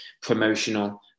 promotional